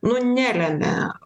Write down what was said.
nu nelemia